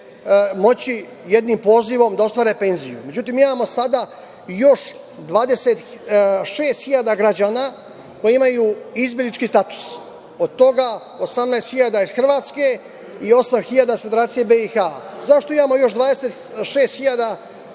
moći jednim pozivom da ostvare penziju.Međutim imamo sada još 26 hiljada građana koji imaju izbeglički status od toga 18.000 iz Hrvatske i osam hiljada iz Federacije BiH. Zašto imamo još 26.000